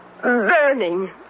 Burning